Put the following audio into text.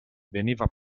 veniva